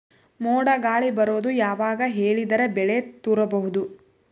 ಮೋಡ ಗಾಳಿ ಬರೋದು ಯಾವಾಗ ಹೇಳಿದರ ಬೆಳೆ ತುರಬಹುದು?